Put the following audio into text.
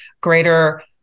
greater